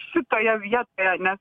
šitoje vietoje nes